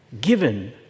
given